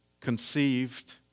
conceived